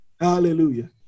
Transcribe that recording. Hallelujah